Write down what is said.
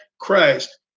Christ